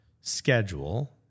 schedule